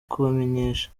kubamenyesha